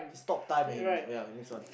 stop time and you know ya the next one